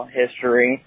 history